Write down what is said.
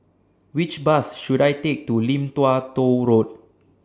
Which Bus should I Take to Lim Tua Tow Road